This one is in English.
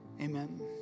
amen